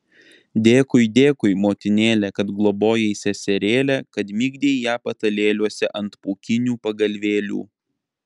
dėkui dėkui motinėle kad globojai seserėlę kad migdei ją patalėliuose ant pūkinių pagalvėlių